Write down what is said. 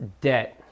debt